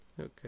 Okay